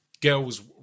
girls